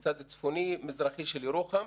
בצד הצפוני-מזרחי של ירוחם,